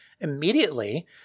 immediately